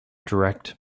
direct